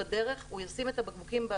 בדרך הוא ישים את הבקבוקים,